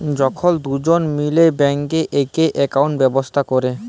যখল দুজল মিলে ব্যাংকে একই একাউল্ট ব্যবস্থা ক্যরে